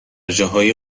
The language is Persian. جاهای